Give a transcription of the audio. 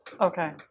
Okay